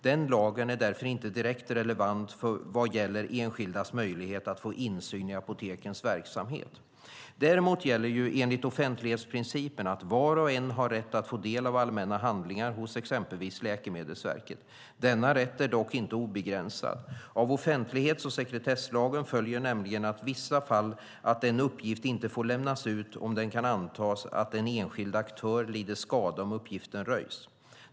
Den lagen är därför inte direkt relevant vad gäller enskildas möjlighet att få insyn i apotekens verksamhet. Däremot gäller ju enligt offentlighetsprincipen att var och en har rätt att få ta del av allmänna handlingar hos exempelvis Läkemedelsverket. Denna rätt är dock inte obegränsad. Av offentlighets och sekretesslagen följer nämligen i vissa fall att en uppgift inte får lämnas ut om det kan antas att en enskild aktör lider skada om uppgiften röjs.